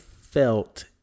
felt